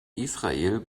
israel